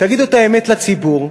תגידו את האמת לציבור,